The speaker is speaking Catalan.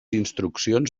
instruccions